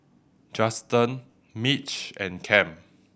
Justen Mitch and Kem